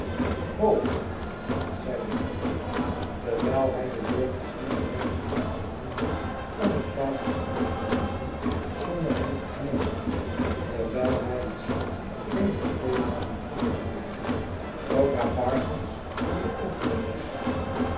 meneer zeide de jongen terwijl hij de deur precies wijd genoeg opende om er parsons door te laten zonder hem te knellen terwijl hij het slot weder tweemalen omdraaide zoodra parsons door de opening was